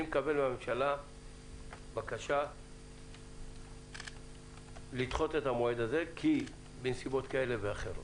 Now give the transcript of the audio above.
אני מקבל מהממשלה בקשה לדחות את המועד הזה כי בנסיבות כאלה ואחרות.